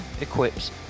equips